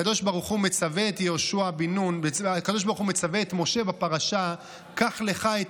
הקדוש ברוך הוא מצווה את משה בפרשה: "קח לך את